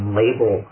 label